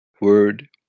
word